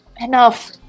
Enough